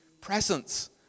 presence